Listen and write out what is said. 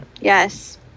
Yes